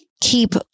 keep